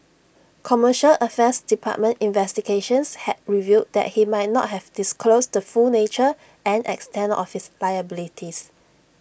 commercial affairs department investigations had revealed that he might not have disclosed the full nature and extent of his liabilities